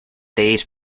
days